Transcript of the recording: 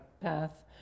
path